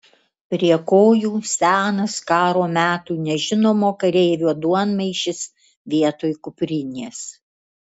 prie kojų senas karo metų nežinomo kareivio duonmaišis vietoj kuprinės